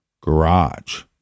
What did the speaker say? garage